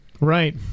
Right